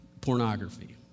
pornography